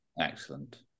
Excellent